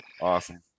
awesome